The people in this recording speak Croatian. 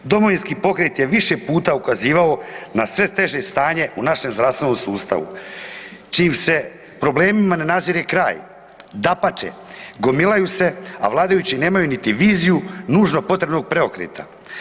Domovinski pokret je više puta ukazivao na sve teže stanje u našem zdravstvenom sustavu, čijim se problemima ne nazire kraj, dapače gomilaju se, a vladajući nemaju niti viziju nužno potrebno preokreta.